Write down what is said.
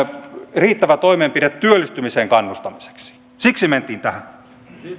riittävä toimenpide työllistymiseen kannustamiseksi siksi mentiin tähän yhden minuutin